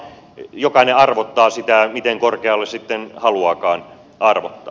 jokainen arvottaa sitä miten korkealle sitten haluaakaan arvottaa